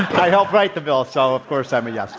i helped write the bill, so of course i'm a yes